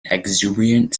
exuberant